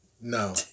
No